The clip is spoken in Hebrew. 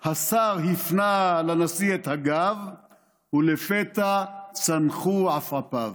/ השר הפנה לנשיא את הגב / ולפתע צנחו עפעפיו.